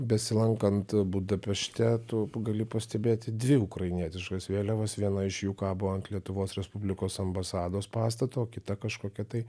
besilankant budapešte tu gali pastebėti dvi ukrainietiškas vėliavas viena iš jų kabo ant lietuvos respublikos ambasados pastato o kita kažkokia tai